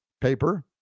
paper